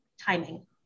timing